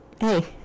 hey